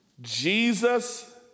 Jesus